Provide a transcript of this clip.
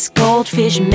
goldfish